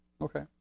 Okay